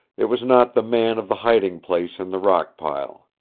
it was not the man of the hiding-place in the rock-pile.